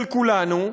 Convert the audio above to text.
של כולנו,